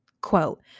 Quote